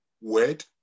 word